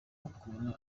n’ukuntu